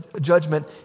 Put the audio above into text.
judgment